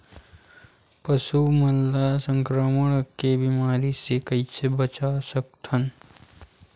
पशु मन ला संक्रमण के बीमारी से कइसे बचा सकथन?